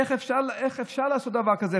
איך אפשר לעשות דבר כזה,